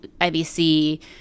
IBC